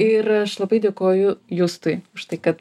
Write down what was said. ir aš labai dėkoju justui už tai kad